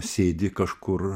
sėdi kažkur